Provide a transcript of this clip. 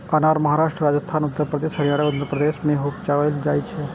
अनार महाराष्ट्र, राजस्थान, उत्तर प्रदेश, हरियाणा, आंध्र प्रदेश मे उपजाएल जाइ छै